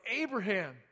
Abraham